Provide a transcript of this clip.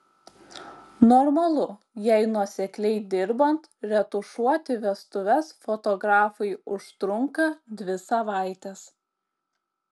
normalu jei nuosekliai dirbant retušuoti vestuves fotografui užtrunka dvi savaites